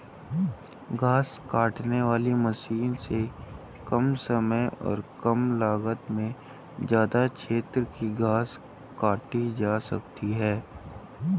घास काटने वाली मशीन से कम समय और कम लागत में ज्यदा क्षेत्र की घास काटी जा सकती है